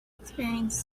experience